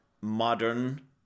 modern